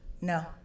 No